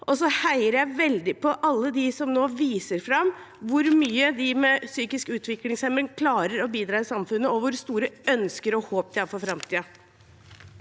Jeg heier veldig på alle dem som nå viser fram hvor mye de med psykisk utviklingshemning klarer å bidra i samfunnet, og hvor store ønsker og håp de har for framtiden.